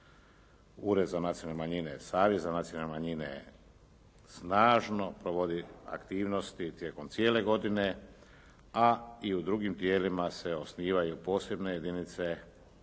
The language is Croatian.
Ured za nacionalne manjine, Savez za nacionalne manjine, snažno provodi aktivnosti tijekom cijele godine, a i u drugim tijelima se osnivaju posebne jedinice,